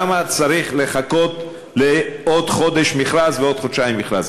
למה צריך לחכות עוד חודש למכרז ועוד חודשיים למכרז?